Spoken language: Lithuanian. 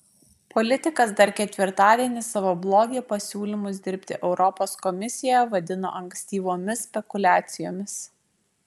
politikas dar ketvirtadienį savo bloge pasiūlymus dirbti europos komisijoje vadino ankstyvomis spekuliacijomis